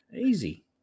Easy